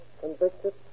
convicted